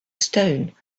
stone